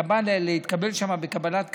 אתה בא להתקבל שם בקבלת קהל,